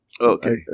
Okay